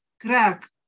crack